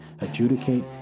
adjudicate